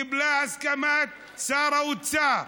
קיבלה את הסכמת שר האוצר,